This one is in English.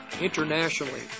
internationally